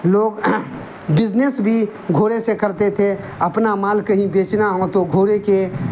لوگ بزنس بھی گھوڑے سے کرتے تھے اپنا مال کہیں بیچنا ہو تو گھوڑے کے